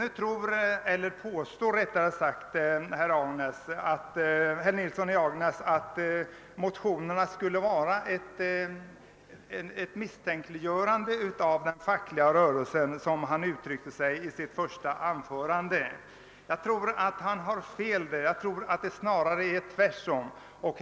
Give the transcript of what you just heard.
Herr Nilsson i Agnäs påstår, att motionerna skulle innebära ett misstänkliggörande av den fackliga rörelsen, som han uttryckte sig i sitt första anförande. Jag tror att han har fel på den punkten. Jag tror att det snarare förhåller sig tvärtemot vad han säger.